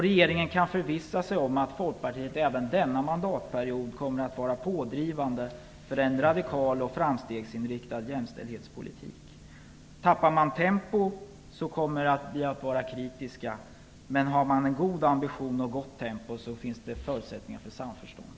Regeringen kan förvissa sig om att Folkpartiet även denna mandatperiod kommer att vara pådrivande för en radikal och framstegsinriktad jämställdhetspolitik. Tappar man tempo kommer vi att vara kritiska, men har man en god ambition och gott tempo, finns det förutsättningar för samförstånd.